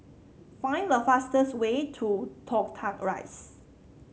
find the fastest way to Toh Tuck Rise